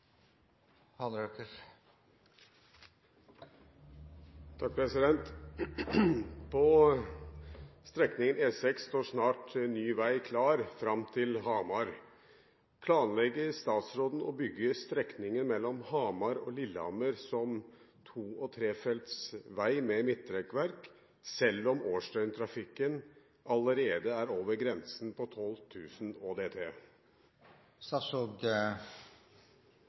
strekningen E6 står snart ny vei klar frem til Hamar. Planlegger statsråden å bygge strekningen mellom Hamar og Lillehammer som ⅔-felts vei med midtrekkverk, selv om årsdøgntrafikken, ÅDT, allerede er over grensen på